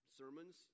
sermons